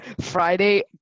friday